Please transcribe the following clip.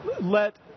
let